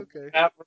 okay